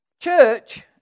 church